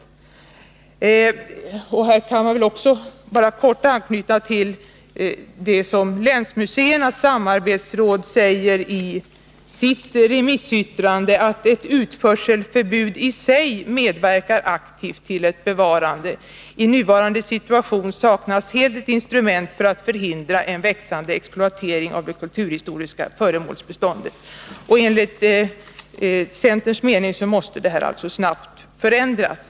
I det här sammanhanget vill jag också helt kortfattat anknyta till det som Länsmuseernas samarbetsråd säger i sitt remissyttrande: ”Ett utförselförbud i sig medverkar aktivt till ett bevarande. I nuvarande situation saknas helt ett instrument för att förhindra en växande exploatering av det kulturhistoriska föremålsbeståndet.” Enligt centerns mening måste detta snabbt förändras.